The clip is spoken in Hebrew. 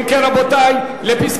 אם כן, רבותי, מס'